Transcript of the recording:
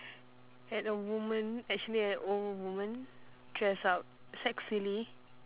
at a woman actually an old woman dress up sexily